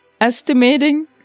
Estimating